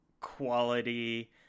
quality